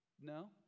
No